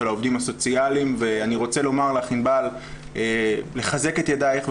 העובדים הסוציאליים ואני רוצה לחזק את ידייך,